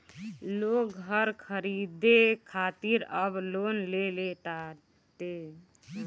लोग घर खरीदे खातिर अब लोन लेले ताटे